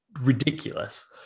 ridiculous